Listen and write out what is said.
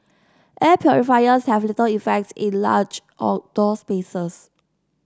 air purifiers have little effect in large outdoor spaces